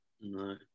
No